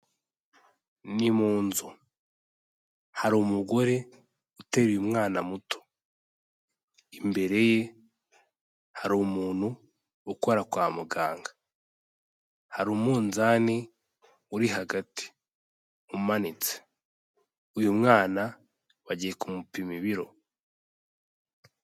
Ni mu nzu hari umugore uteruye umwana muto, imbere ye hari umuntu ukora kwa muganga hari umunzani uri hagati umanitse. Uyu mwana bagiye kumupima ibiro.